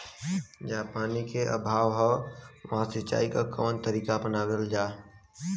जहाँ पानी क अभाव ह वहां सिंचाई क कवन तरीका अपनावल जा?